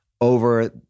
over